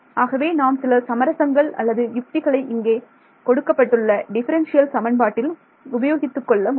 ஆகவே நாம் சில சமரசங்கள் அல்லது யுத்திகளை இங்கே கொடுக்கப்பட்டுள்ள டிஃபரன்சியல் சமன்பாட்டில் உபயோகித்துக் கொள்ள முடியும்